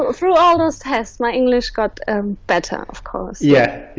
ah through all those tests, my english got better of course yeah